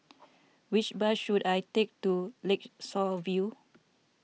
which bus should I take to Lakeshore View